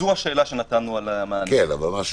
זו השאלה שנתנו עליה מענה.